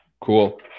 Cool